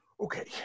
okay